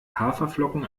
haferflocken